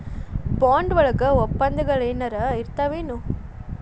Bond ವಳಗ ವಪ್ಪಂದಗಳೆನರ ಇರ್ತಾವೆನು?